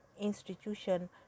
institution